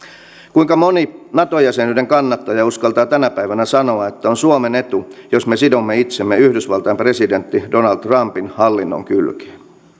kuinka moni nato jäsenyyden kannattaja uskaltaa tänä päivänä sanoa että on suomen etu jos me sidomme itsemme yhdysvaltain presidentti donald trumpin hallinnon kylkeen